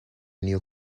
new